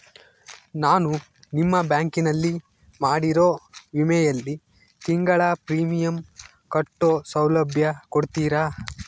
ನಾನು ನಿಮ್ಮ ಬ್ಯಾಂಕಿನಲ್ಲಿ ಮಾಡಿರೋ ವಿಮೆಯಲ್ಲಿ ತಿಂಗಳ ಪ್ರೇಮಿಯಂ ಕಟ್ಟೋ ಸೌಲಭ್ಯ ಕೊಡ್ತೇರಾ?